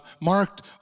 marked